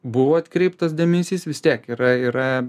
buvo atkreiptas dėmesys vis tiek yra yra